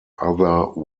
other